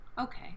Okay